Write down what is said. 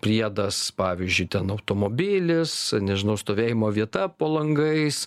priedas pavyzdžiui ten automobilis nežinau stovėjimo vieta po langais